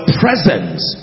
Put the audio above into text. presence